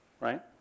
Right